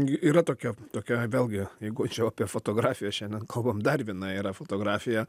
yra tokia tokia vėlgi jeigu čia jau apie fotografiją šiandien kalbam dar viena yra fotografija